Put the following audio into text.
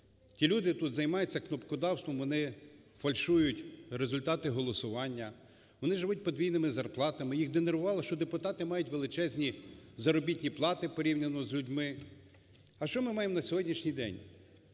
ті люди тут займаються кнопкодавством, вони фальшують результати голосування, вони живуть подвійними зарплатами, їх нервувало, що депутати мають величезні заробітні плати порівняно з людьми. А що ми маємо на сьогоднішній день?